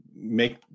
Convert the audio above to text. make